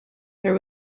there